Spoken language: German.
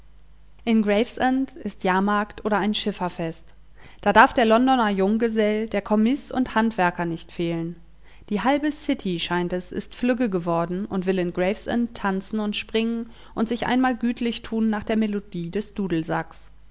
in gravesend ist jahrmarkt oder ein schifferfest da darf der londoner junggesell der kommis und handwerker nicht fehlen die halbe city scheint es ist flügge geworden und will in gravesend tanzen und springen und sich einmal gütlich tun nach der melodie des dudelsacks